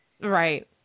Right